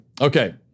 Okay